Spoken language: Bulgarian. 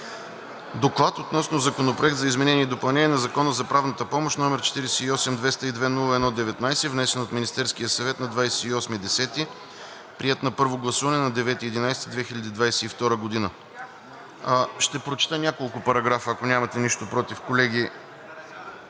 „Доклад относно Законопроект за изменение и допълнение на Закона за правната помощ, № 48-202-01-19, внесен от Министерския съвет на 28 октомври 2022 г., приет на първо гласуване на 9 ноември 2022 г.“ Ще прочета няколко параграфа, ако нямате нищо против, колеги